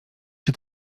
czy